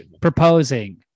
proposing